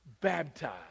baptized